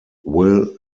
will